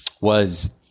was-